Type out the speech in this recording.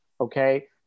okay